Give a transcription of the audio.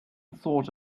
thought